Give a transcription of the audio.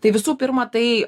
tai visų pirma tai